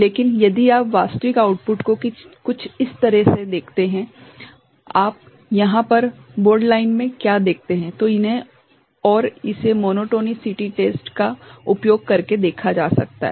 लेकिन यदि आप वास्तविक आउटपुट को कुछ इस तरह से देखते हैं आप यहाँ पर बोल्ड लाइन में क्या देखते हैं तो इन्हें और इसे मोनोटोनिसिटी परीक्षण का उपयोग करके देखा जा सकता है